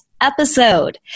episode